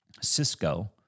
Cisco